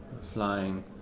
Flying